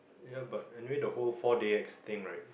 ya but anyway the whole four D_X thing right